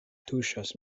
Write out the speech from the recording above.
tuŝas